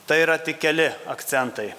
tai yra tik keli akcentai